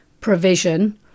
provision